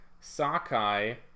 Sakai